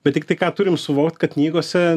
bet tiktai ką turim suvokt kad knygose